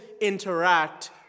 interact